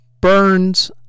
Burns